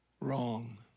wrong